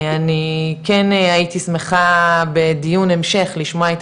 אני כן הייתי שמחה בדיון המשך לשמוע את